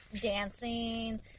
dancing